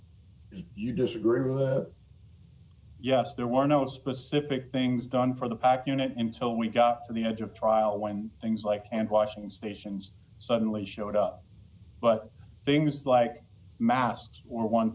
you disagree with yes there were no specific things done for the pack you know and so we got to the edge of trial when things like and washing stations suddenly showed up but things like masks or one